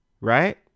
Right